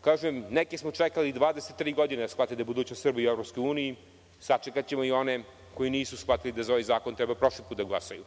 Kažem, neke smo čekali 23 godine da shvate da je budućnost Srbije u EU. Sačekaćemo i one koji nisu shvatili da je za ovaj zakon trebalo da glasaju